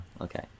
okay